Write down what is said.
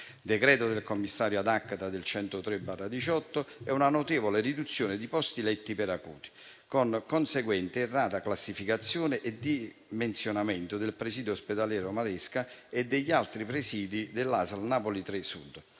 decreto del commissario *ad acta* n. 103 del 2018; risultano poi una notevole riduzione dei posti letto per acuti, con conseguente errata classificazione e con dimensionamento del presidio ospedaliero Maresca e degli altri presidi dell'ASL Napoli 3 Sud,